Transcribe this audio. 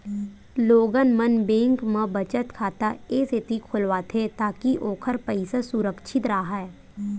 लोगन मन बेंक म बचत खाता ए सेती खोलवाथे ताकि ओखर पइसा सुरक्छित राहय